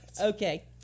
okay